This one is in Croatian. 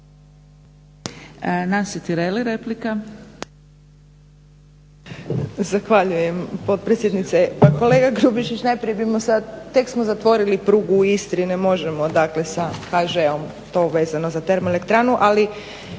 Nansi Tireli replika.